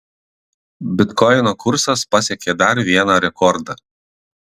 bitkoino kursas pasiekė dar vieną rekordą